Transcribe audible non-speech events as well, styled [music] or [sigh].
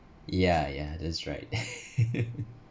yeah yeah that's right [laughs]